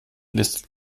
listet